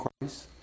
Christ